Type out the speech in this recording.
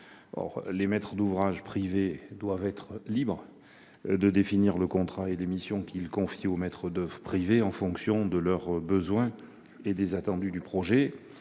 Les maîtres d'ouvrage privés doivent être libres de définir le contrat et les missions qu'ils confient aux maîtres d'oeuvre privés en fonction de leurs besoins et des attendus du projet.